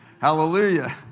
Hallelujah